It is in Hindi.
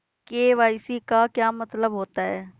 के.वाई.सी का क्या मतलब होता है?